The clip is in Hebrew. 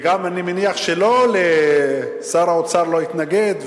וגם אני מניח ששר האוצר לא יתנגד,